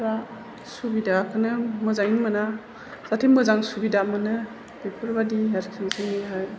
सुबिदाखौनो मोजाङै मोना जाहाथे मोजां सुबिदा मोनो बेफोरबायदि आरोखि जोंनिहाय